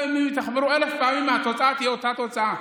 וגם אם יתחברו אלף פעמים התוצאה תהיה אותה תוצאה.